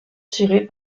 tirés